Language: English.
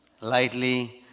lightly